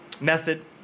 method